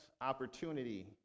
opportunity